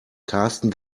karsten